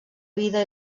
vida